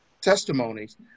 testimonies